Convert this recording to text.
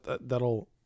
that'll